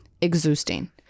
exhausting